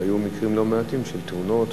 והיו מקרים לא מעטים של תאונות,